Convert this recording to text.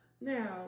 Now